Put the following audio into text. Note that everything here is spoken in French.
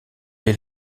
est